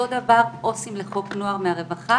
אותו דבר עו"סים לחוק נוער מן הרווחה